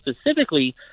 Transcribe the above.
specifically